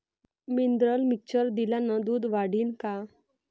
Mineral mixture दिल्यानं दूध वाढीनं का?